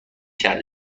کرد